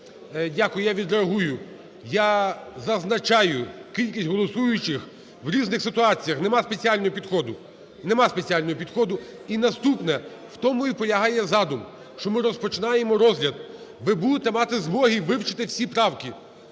Дякую. Я відреагую. Я зазначаю кількість голосуючих у різних ситуаціях, немає спеціального підходу, немає спеціального підходу. І наступне. У тому і полягає задум, що ми розпочинаємо розгляд. Ви будете мати змогу вивчити всі правки.